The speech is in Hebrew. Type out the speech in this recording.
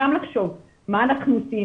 גם לחשוב מה אנחנו עושים,